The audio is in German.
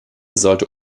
sollte